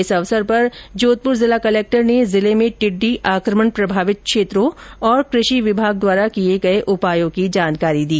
इस अवसर पर जोधपुर जिला कलेक्टर ने जिले में टिड्डी आक्रमण प्रभावित क्षेत्रों और कृषि विभाग द्वारा किए गए उपायो की जानकारी दी